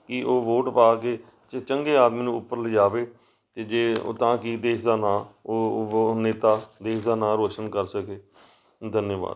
ਕਿ ਉਹ ਵੋਟ ਪਾ ਕੇ ਚ ਚੰਗੇ ਆਦਮੀ ਨੂੰ ਉੱਪਰ ਲਿਜਾਵੇ ਅਤੇ ਜੇ ਉਹ ਤਾਂ ਕਿ ਦੇਸ਼ ਦਾ ਨਾਂ ਉਹ ਨੇਤਾ ਦੇਸ਼ ਦਾ ਨਾਂ ਰੋਸ਼ਨ ਕਰ ਸਕੇ ਧੰਨਵਾਦ